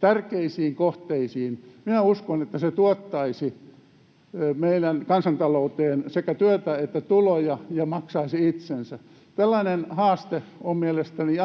tärkeisiin kohteisiin. Minä uskon, että se tuottaisi meidän kansantalouteen sekä työtä että tuloja ja maksaisi itsensä. Tällainen haaste olisi mielestäni